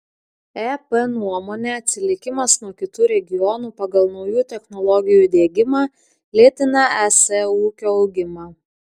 ep nuomone atsilikimas nuo kitų regionų pagal naujų technologijų diegimą lėtina es ūkio augimą